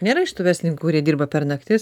nėra iš tų verslininkų kurie dirba per naktis